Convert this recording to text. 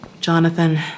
Jonathan